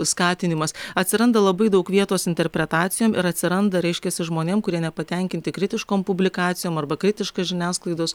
skatinimas atsiranda labai daug vietos interpretacijom ir atsiranda reiškiasi žmonėms kurie nepatenkinti kritiškom publikacijom arba kritiškais žiniasklaidos